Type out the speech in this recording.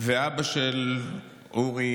אבא של אורי,